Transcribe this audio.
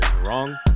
wrong